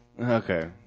Okay